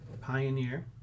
Pioneer